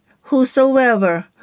whosoever